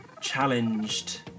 challenged